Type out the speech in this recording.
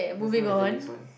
let's go with the next one